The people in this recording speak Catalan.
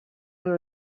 una